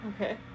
Okay